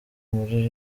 muri